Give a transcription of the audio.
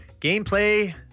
gameplay